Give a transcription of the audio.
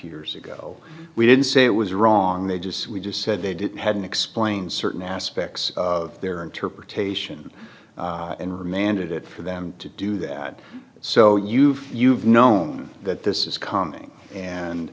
years ago we didn't say it was wrong they just we just said they didn't hadn't explained certain aspects of their interpretation and remanded it for them to do that so you've you've known that this is coming and